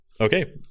Okay